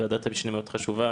ועדת משנה מאוד חשובה,